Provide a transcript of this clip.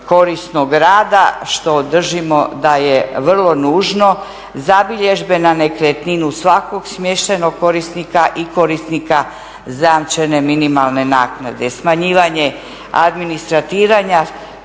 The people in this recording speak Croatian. korisnog rada što držimo da je vrlo nužno. Zabilježbe na nekretninu svakog smještajnog korisnika i korisnika zajamčene minimalne naknade. Smanjivanje administratiranja,